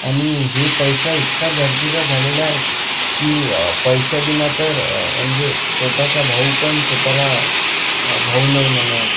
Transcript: आणि हे पैसा इतका गरजेचा झालेला आहे की पैशाविना तर म्हणजे स्वतःचा भाऊ पण स्वतःला भाऊ नाही म्हणत